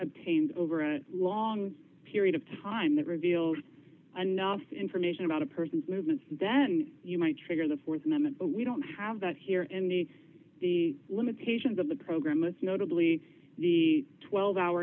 obtained over a long period of time that reveals anonymous information about a person's movements then you might trigger the th amendment but we don't have that here in the the limitations of the program most notably the twelve hour